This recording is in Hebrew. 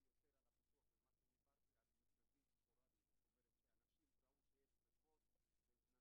למעשה אם רוצים לפזר את האחריות, נניח שצריך